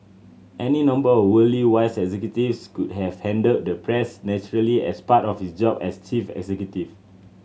any number of worldly wise executives could have handled the press naturally as part of his job as chief executive